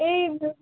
এই ধরু